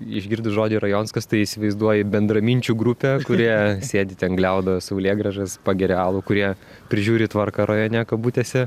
išgirdus žodį rajonas kas tai įsivaizduoji bendraminčių grupę kurie sėdi ten gliaudo saulėgrąžas pageria alų kurie prižiūri tvarką rajone kabutėse